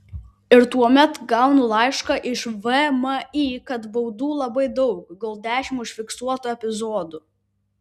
ir tuomet gaunu laišką iš vmi kad baudų labai daug gal dešimt užfiksuotų epizodų